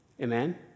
Amen